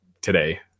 today